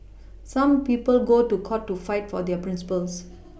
some people go to court to fight for their Principles